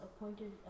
appointed